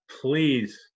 please